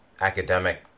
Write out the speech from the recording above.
academic